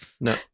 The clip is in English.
No